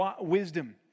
wisdom